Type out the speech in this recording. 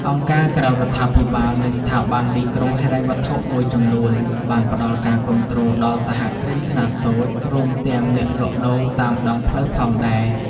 អង្គការក្រៅរដ្ឋាភិបាល និងស្ថាប័នមីក្រូហិរញ្ញវត្ថុមួយចំនួន បានផ្តល់ការគាំទ្រដល់សហគ្រិនខ្នាតតូច រួមទាំងអ្នកលក់ដូរតាមដងផ្លូវផងដែរ ។